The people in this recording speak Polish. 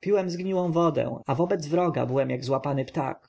piłem zgniłą wodę a wobec wroga byłem jako złapany ptak